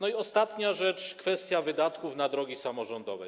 Ostatnia rzecz: kwestia wydatków na drogi samorządowe.